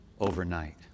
overnight